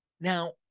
Now